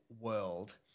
world